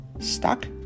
Stuck